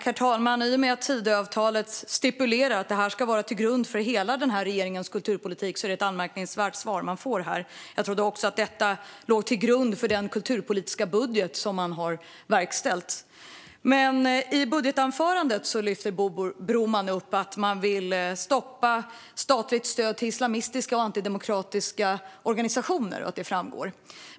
Herr talman! I och med att Tidöavtalet stipulerar att detta ska ligga till grund för hela regeringens kulturpolitik är det ett anmärkningsvärt svar jag får här. Jag trodde att också detta låg till grund för den kulturpolitiska budget som man har lagt fram. I sitt budgetanförande tar Bo Broman upp att man vill stoppa statligt stöd till islamistiska och antidemokratiska organisationer och att detta framgår.